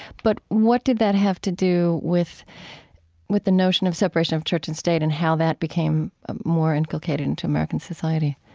but what did that have to do with with the notion of separation of church and state and how that became ah more inculcated into american society?